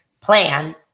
plan